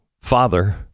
father